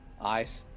ice